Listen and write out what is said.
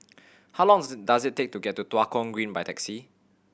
how long does it take to get to Tua Kong Green by taxi